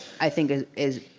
i think is.